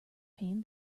pain